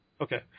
Okay